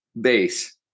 base